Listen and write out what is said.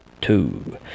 two